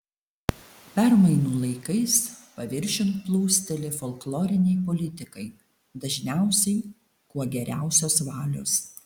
permainų laikais paviršiun plūsteli folkloriniai politikai dažniausiai kuo geriausios valios